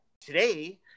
today